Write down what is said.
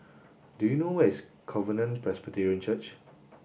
do you know where is Covenant Presbyterian Church